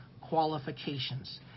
qualifications